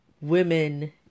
women